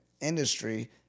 industry